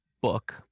book